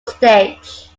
stage